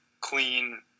clean